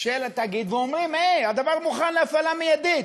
של התאגיד, ואומרים: הדבר מוכן להפעלה מיידית,